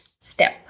step